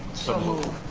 so moved.